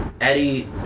Eddie